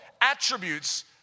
attributes